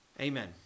Amen